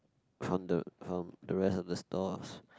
from the from the rest of the stalls